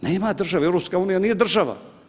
Nema države, EU nije država.